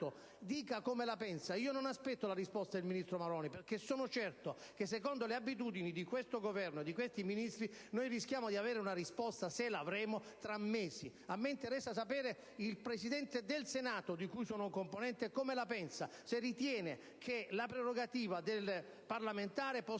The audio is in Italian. dica come la pensa. Io non aspetto la risposta del ministro Maroni, perché sono certo che, secondo le abitudini di questo Governo e di questi Ministri, noi rischiamo di avere una risposta, se la avremo, tra mesi. A me interessa sapere come la pensa il Presidente del Senato, di cui sono componente: se ritenga che la prerogativa del parlamentare possa